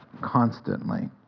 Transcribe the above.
constantly